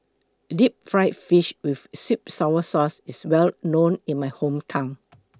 Deep Fried Fish with Sweet Sour Sauce IS Well known in My Hometown